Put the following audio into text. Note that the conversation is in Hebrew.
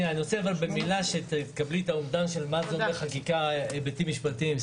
אני רוצה שתבינו מה זה אומר חקיקה והיבטים משפטיים.